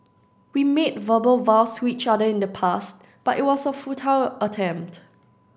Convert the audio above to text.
we made verbal vows to each other in the past but it was a futile attempt